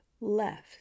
left